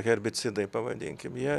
herbicidai pavadinkim jie